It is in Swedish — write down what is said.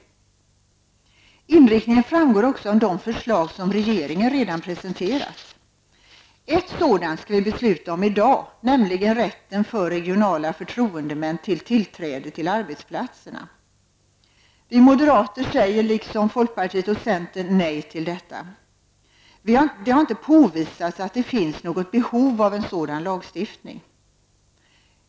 Inriktningen framgår också av de förslag som regeringen redan presenterat. Ett sådant skall vi besluta om i dag, nämligen rätt för regionala förtroendemän till tillträde till arbetsplatserna. Vi moderater säger liksom centern och folkpartiet nej till detta. Det har inte påvisats att det finns något behov av sådan lagstiftning.